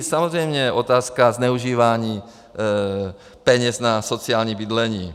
Samozřejmě je i otázka zneužívání peněz na sociální bydlení.